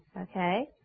Okay